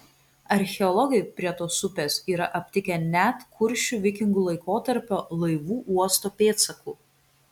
archeologai prie tos upės yra aptikę net kuršių vikingų laikotarpio laivų uosto pėdsakų